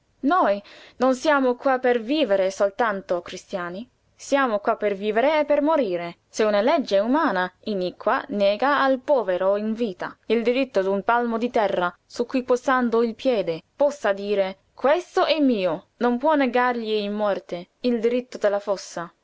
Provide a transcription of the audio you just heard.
noi non siamo qua per vivere soltanto o cristiani siamo qua per vivere e per morire se una legge umana iniqua nega al povero in vita il diritto d'un palmo di terra su cui posando il piede possa dire questo è mio non può negargli in morte il diritto della fossa